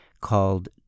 called